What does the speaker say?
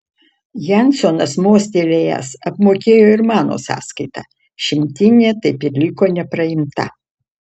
jansonas mostelėjęs apmokėjo ir mano sąskaitą šimtinė taip ir liko nepraimta